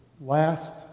last